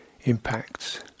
impacts